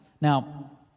Now